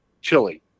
Chili